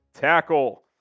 tackle